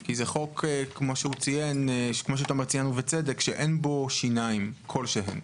כי כפי שתומר ציין בצדק, אין בו שיניים כלשהן.